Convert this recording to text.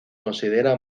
considera